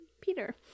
Peter